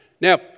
Now